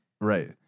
Right